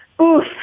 Oof